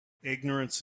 ignorance